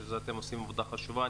שאתם עושים עבודה חשובה.